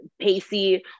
pacey